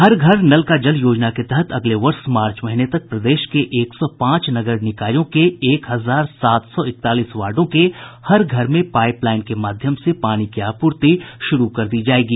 हर घर नल का जल योजना के तहत अगले वर्ष मार्च महीने तक प्रदेश के एक सौ पांच नगर निकायों के एक हजार सात सौ इकतालीस वार्डो के हर घर में पाईप लाईन के माध्यम से पानी की आपूर्ति शुरू कर दी जायेगी